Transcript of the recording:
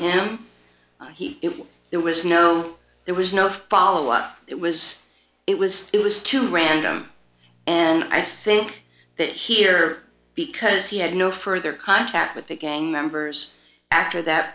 him he there was no there was no follow up it was it was it was too random and i think that here because he had no further contact with the gang members after that